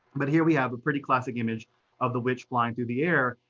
but here we have a pretty classic image of the witch flying through the air,